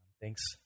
thanks